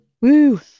Woo